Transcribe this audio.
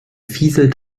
fieselt